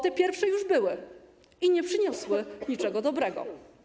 Te pierwsze już były i nie przyniosły niczego dobrego.